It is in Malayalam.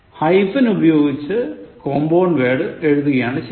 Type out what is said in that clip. ഹൈഫൻ ഉപയോഗിച്ചാണ് compound word എഴുതുന്നത്